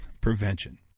prevention